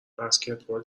بسکتبال